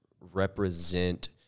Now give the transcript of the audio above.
represent